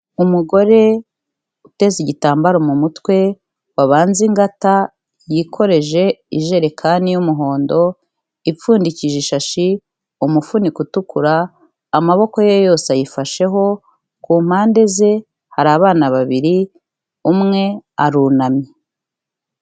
Umugore uteze igitambaro mu mutwe, wabanze ingata yikoreje ijerekani y'umuhondo, ipfundikije ishashi, umufuniko utukura, amaboko ye yose ayifasheho, ku mpande ze hari abana babiri, umwe arunamye.